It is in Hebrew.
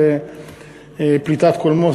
זו פליטת קולמוס,